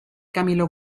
camilo